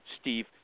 Steve